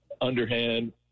underhand